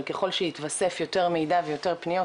אבל ככול שהתווסף יותר מידע ויותר פניות,